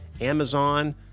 Amazon